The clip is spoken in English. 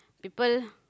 people